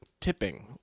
tipping